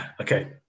okay